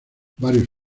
varios